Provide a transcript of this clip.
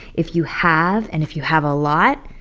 if you have and if you have a lot,